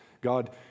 God